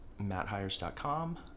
matthires.com